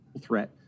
threat